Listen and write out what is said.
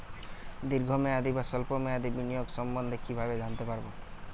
দীর্ঘ মেয়াদি বা স্বল্প মেয়াদি বিনিয়োগ সম্বন্ধে কীভাবে জানতে পারবো?